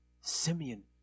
Simeon